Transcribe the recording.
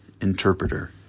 Interpreter